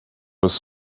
was